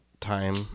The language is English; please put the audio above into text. time